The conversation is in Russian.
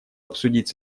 обсудить